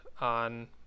on